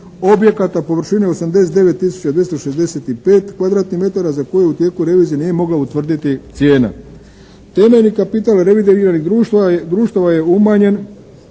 objekata površine 89 265 kvadratnih metara za kojih u tijeku revizija nije mogla utvrditi cijena. Temeljni kapital revidiranih društava je umanjen